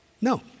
No